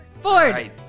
Ford